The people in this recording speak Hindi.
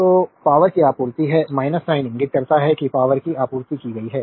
तो पावरकी आपूर्ति है साइन इंगित करता है कि पावरकी आपूर्ति की गई है